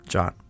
John